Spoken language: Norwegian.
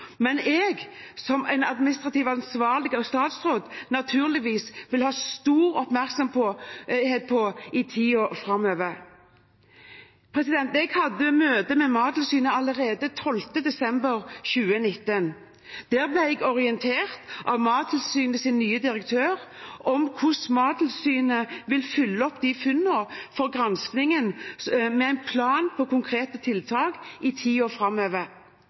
men jeg vil som administrativt ansvarlig statsråd naturligvis ha stor oppmerksomhet på dette i tiden framover. Jeg hadde møte med Mattilsynet allerede 12. desember 2019. Der ble jeg orientert av Mattilsynets nye direktør om hvordan Mattilsynet vil følge opp funnene fra granskingen med en plan for konkrete tiltak i tiden framover.